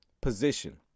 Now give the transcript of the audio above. Position